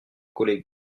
collègue